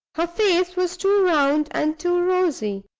her face was too round and too rosy.